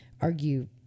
argue